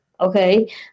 Okay